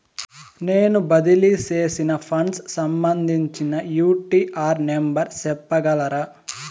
నేను బదిలీ సేసిన ఫండ్స్ సంబంధించిన యూ.టీ.ఆర్ నెంబర్ సెప్పగలరా